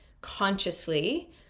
consciously